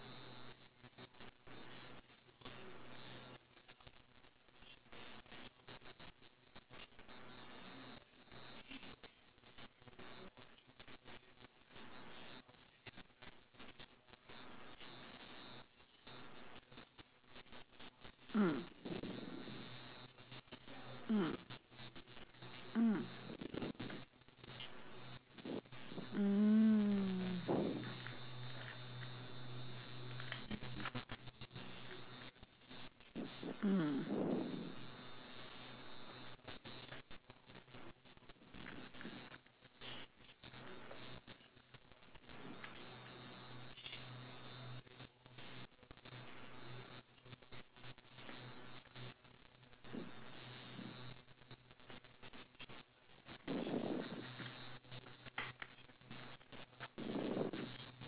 mm mm mm mm mm